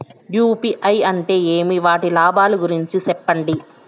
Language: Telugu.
యు.పి.ఐ అంటే ఏమి? వాటి లాభాల గురించి సెప్పండి?